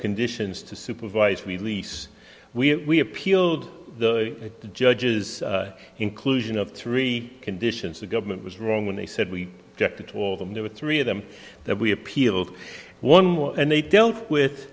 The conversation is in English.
conditions to supervised release we appealed the judge's inclusion of three conditions the government was wrong when they said we directed to all of them there were three of them that we appealed one one and they dealt with